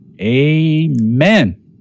Amen